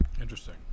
Interesting